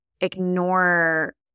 ignore